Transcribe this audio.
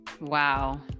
wow